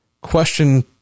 question